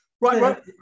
Right